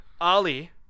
Ali